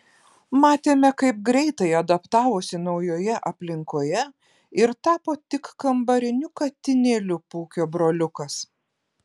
matėme kaip greitai adaptavosi naujoje aplinkoje ir tapo tik kambariniu katinėliu pūkio broliukas